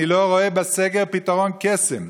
אני לא רואה בסגר פתרון קסם.